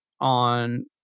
on